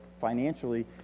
financially